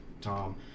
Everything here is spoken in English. Tom